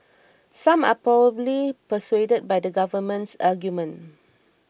some are probably persuaded by the government's argument